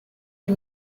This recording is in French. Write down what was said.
des